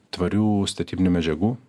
tvarių statybinių medžiagų